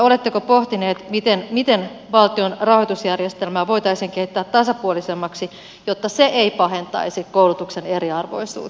oletteko pohtinut miten valtion rahoitusjärjestelmää voitaisiin kehittää tasapuolisemmaksi jotta se ei pahentaisi koulutuksen eriarvoisuutta